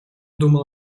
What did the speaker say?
думал